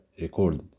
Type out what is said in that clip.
record